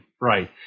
right